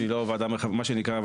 מה שנקרא,